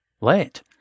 Let